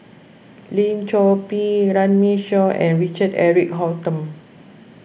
Lim Chor Pee Runme Shaw and Richard Eric Holttum